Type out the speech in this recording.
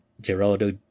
Gerardo